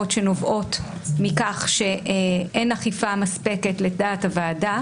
שנובעות מכך שאין אכיפה מספקת לדעת הוועדה,